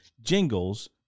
jingles